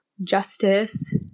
justice